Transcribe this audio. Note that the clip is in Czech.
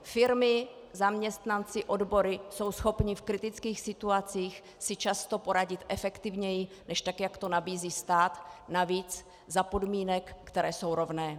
Firmy, zaměstnanci, odbory jsou schopni v kritických situacích si často poradit efektivněji než tak, jak to nabízí stát, navíc za podmínek, které jsou rovné.